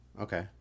Okay